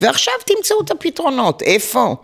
ועכשיו תמצאו את הפתרונות, איפה?